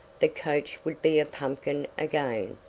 the coach would be a pumpkin again,